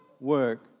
work